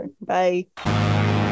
Bye